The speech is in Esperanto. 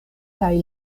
kaj